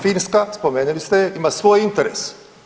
Finska spomenuli ste je, ima svoj interes.